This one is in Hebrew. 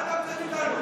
איפה הכבוד שלך,